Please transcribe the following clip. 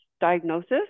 diagnosis